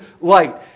light